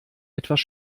etwas